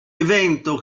evento